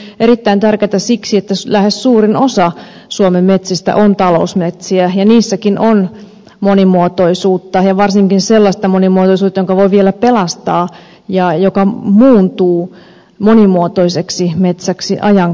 se on erittäin tärkeätä siksi että lähes suurin osa suomen metsistä on talousmetsiä ja niissäkin on monimuotoisuutta ja varsinkin sellaista monimuotoisuutta jonka voi vielä pelastaa ja joka muuntuu monimuotoiseksi metsäksi ajan kanssa